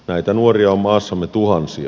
näitä nuoria on maassamme tuhansia